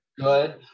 good